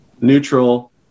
neutral